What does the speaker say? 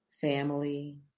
Family